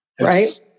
right